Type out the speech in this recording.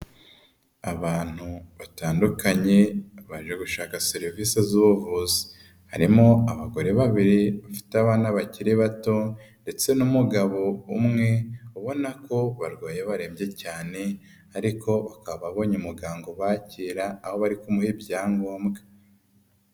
Abantu batandukanye baje gushaka serivisi z'ubuvuzi, harimo abagore babiri bafite abana bakiri bato ndetse n'umugabo umwe ubona ko barwaye barembye cyane ariko ukaba abonye muganga bakira, aho bari kumuha ibyangombwa.